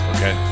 Okay